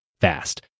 fast